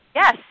Yes